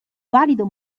valido